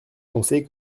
conseil